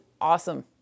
awesome